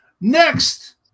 next